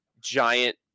giant